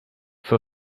for